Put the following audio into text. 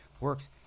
works